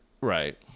Right